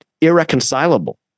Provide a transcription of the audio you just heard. irreconcilable